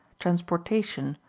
transportation,